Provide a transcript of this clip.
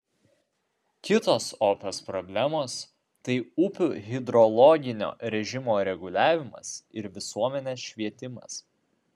kitos opios problemos tai upių hidrologinio režimo reguliavimas ir visuomenės švietimas